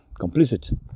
complicit